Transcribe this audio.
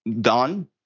done